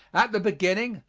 at the beginning,